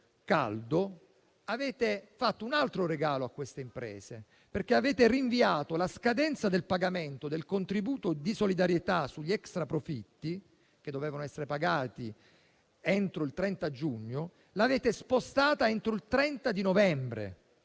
caldo avete fatto un altro regalo a queste imprese, perché avete rinviato la scadenza del pagamento del contributo di solidarietà sugli extra-profitti, che dovevano essere pagati entro il 30 giugno, spostandola entro il 30 novembre,